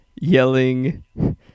yelling